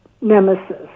Nemesis